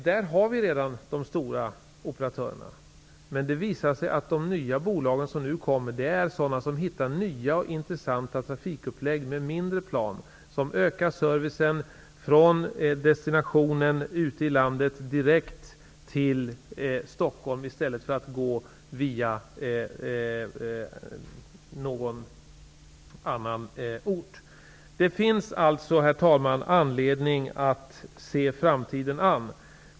Där finns redan de stora operatörerna. Men det visar sig att de nya bolag som nu kommer, hittar nya och intressanta trafikupplägg med mindre plan. De ökar servicen från destinationer ute i landet direkt till Stockholm i stället för att gå via någon annan ort. Det finns alltså, herr talman, anledning att se framtiden an.